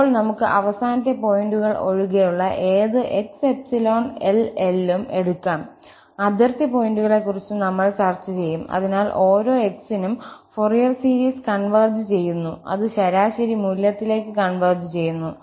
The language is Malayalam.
അപ്പോൾ നമുക്ക് അവസാന പോയിന്റുകൾ ഒഴികെയുള്ള ഏത് x ∈ L L ഉം എടുക്കാംഅതിർത്തി പോയിന്റുകളെക്കുറിച്ചും നമ്മൾ ചർച്ച ചെയ്യുംഅതിനാൽ ഓരോ x നും ഫൊറിയർ സീരീസ് കൺവെർജ് ചെയ്യുന്നു അത് ശരാശരി മൂല്യത്തിലേക്ക് കൺവെർജ് ചെയ്യുന്നു